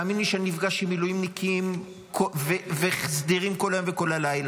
ותאמין לי שאני נפגש עם מילואימניקים וסדירים כל היום וכל הלילה.